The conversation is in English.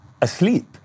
asleep